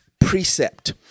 precept